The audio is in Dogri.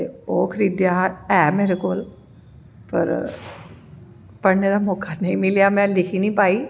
ते ओह् खरीदेआ हा है मेरे कोल फिर पढ़नें दा मौका नेंई मिलेआ नें लिखी नी पाई